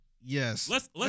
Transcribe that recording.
Yes